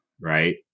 Right